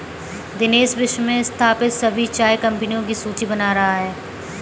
दिनेश विश्व में स्थापित सभी चाय कंपनियों की सूची बना रहा है